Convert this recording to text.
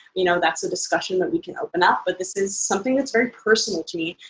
you know that's a discussion that we can open up. but this is something that's very personal to me,